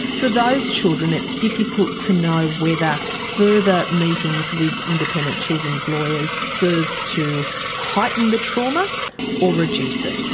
for those children it's difficult to know whether further meetings with independent children's lawyers serves to heighten the trauma or reduce it.